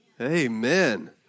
Amen